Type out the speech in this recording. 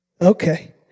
Okay